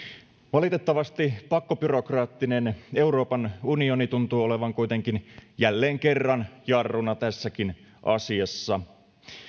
valitettavasti pakkobyrokraattinen euroopan unioni tuntuu olevan kuitenkin jälleen kerran jarruna tässäkin asiassa